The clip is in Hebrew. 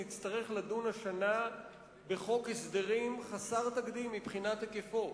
נצטרך לדון השנה בחוק הסדרים חסר תקדים מבחינת היקפו.